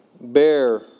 bear